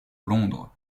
londres